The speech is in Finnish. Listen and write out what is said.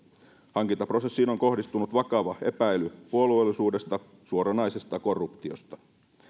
hankintaprosessiin on kohdistunut vakava epäily puolueellisuudesta suoranaisesta korruptiosta